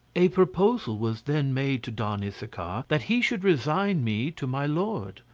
a proposal was then made to don issachar that he should resign me to my lord.